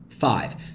Five